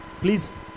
Please